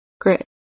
grit